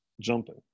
jumping